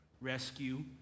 rescue